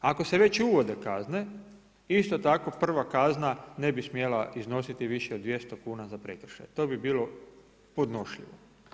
Ako se već uvode kazne isto tako prva kazna ne bi smjela iznositi više od 200 kuna za prekršaje, to bi bilo podnošljivo.